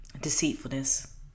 deceitfulness